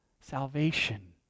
salvation